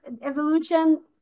evolution